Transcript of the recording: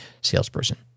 salesperson